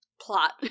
plot